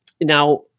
now